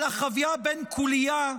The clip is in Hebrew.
על אחאב בן קוליה?